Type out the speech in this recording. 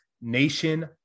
Nation